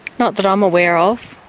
not that i'm aware of.